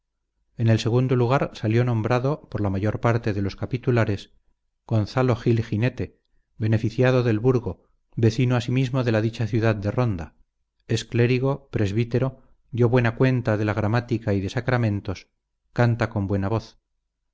en el segundo lugar salió nombrado por la mayor parte de los capitulares gonalo gil ginete beneficiado del burgo vezino asimisino de la dicha ciudad de ronda es clérigo presuítero dió buena quenta de la gramática y de sacramentos canta con buena voz